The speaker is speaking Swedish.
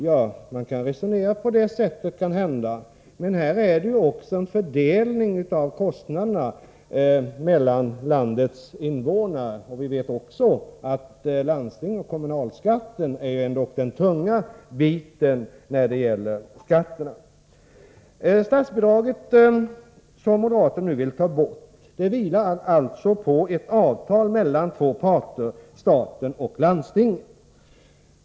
Ja, man kan kanske resonera på det sättet, men här är det ju också fråga om en fördelning av kostnaderna mellan landets invånare. Vi vet att landstingsoch kommunalskatten är den tunga biten när det gäller skatterna. Statsbidraget, som moderaterna nu vill ta bort, vilar alltså på ett avtal mellan två parter — staten och landstingen.